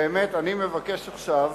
באמת, אני מבקש עכשיו